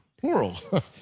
plural